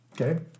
Okay